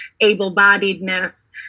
able-bodiedness